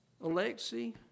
Alexei